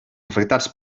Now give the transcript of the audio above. afectats